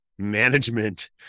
management